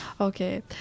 Okay